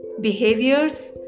behaviors